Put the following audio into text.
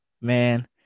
Man